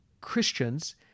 Christians